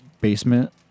basement